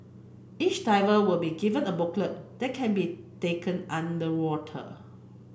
each diver will be given a booklet that can be taken underwater